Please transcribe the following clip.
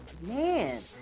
Man